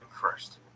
first